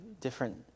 different